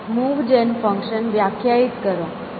move જેન function વ્યાખ્યાયિત કરો